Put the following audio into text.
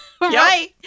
Right